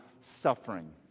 suffering